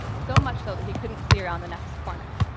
so much so that he couldn't see around the next corner.